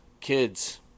kids